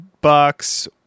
bucks